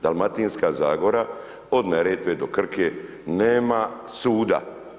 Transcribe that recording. Dalmatinska zagora od Neretve do Krke nema suda.